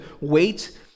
wait